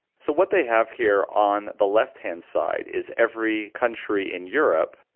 so what they have here on the left hand side is every country in europe,